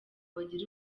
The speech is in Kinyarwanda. bagire